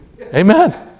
Amen